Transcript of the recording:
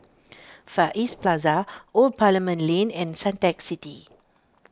Far East Plaza Old Parliament Lane and Suntec City